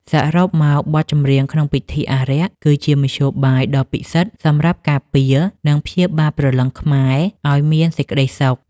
សរុបមក បទចម្រៀងក្នុងពិធីអារក្ស គឺជាមធ្យោបាយដ៏ពិសិដ្ឋសម្រាប់ការពារ និងព្យាបាលព្រលឹងខ្មែរឱ្យមានសេចក្ដីសុខ។